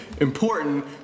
important